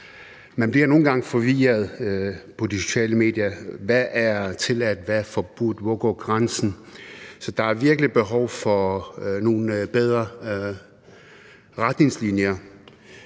Man bliver nogle gange forvirret på de sociale medier, for hvad er tilladt, hvad er forbudt, og hvor går grænsen? Så der er virkelig behov for nogle bedre retningslinjer.